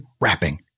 rapping